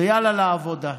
ויאללה לעבודה.